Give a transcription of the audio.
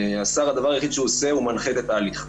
השר, הדבר היחיד שהוא עושה, הוא מנחה את התהליך.